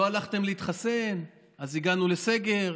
לא הלכתם להתחסן אז הגענו לסגר,